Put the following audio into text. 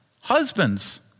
husbands